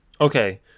Okay